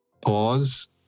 pause